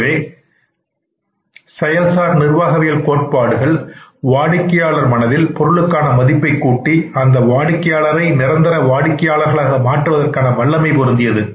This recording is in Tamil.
எனவே செயல்சார் நிர்வாகவியல் கோட்பாடுகள் வாடிக்கையாளர் மனதில் பொருளுக்கான மதிப்பை கூட்டி அந்த வாடிக்கையாளரை நிரந்தர வாடிக்கையாளர்களாக மாற்றுவதற்கான வல்லமை பொருந்தியது